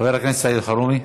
חבר הכנסת סעיד אלחרומי,